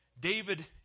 David